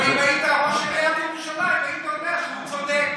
אם היית ראש עיריית ירושלים היית אומר שהוא צודק.